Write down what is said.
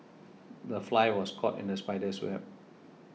the fly was caught in the spider's web